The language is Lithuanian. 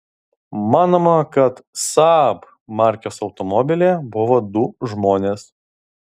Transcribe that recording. manoma kad saab markės automobilyje buvo du žmonės